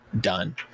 done